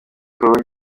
bikorwa